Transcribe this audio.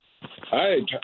Hi